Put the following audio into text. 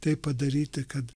tai padaryti kad